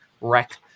wreck